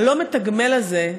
הלא-מתגמל הזה,